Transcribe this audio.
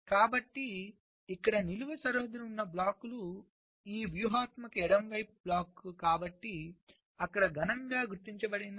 కాబట్టి ఇక్కడ నిలువు సరిహద్దు ఉన్న బ్లాక్స్ లు ఈ వ్యూహాత్మక ఎడమ బ్లాక్ కాబట్టి అక్కడ ఘనంగా గుర్తించబడిన క్షితిజ సమాంతర అంచు ఉంటుంది